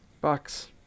Bucks